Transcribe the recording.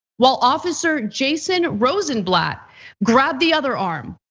while officer jason rosenblatt grabbed the other arm.